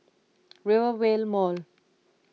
Rivervale Mall